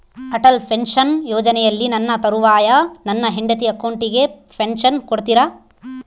Atal pension ಯೋಜನೆಯಲ್ಲಿ ನನ್ನ ತರುವಾಯ ನನ್ನ ಹೆಂಡತಿ ಅಕೌಂಟಿಗೆ ಪೆನ್ಶನ್ ಕೊಡ್ತೇರಾ?